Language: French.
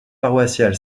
paroissiale